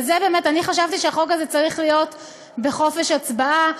אני חשבתי שהחוק הזה צריך להיות בחופש הצבעה.